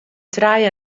trije